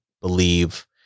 believe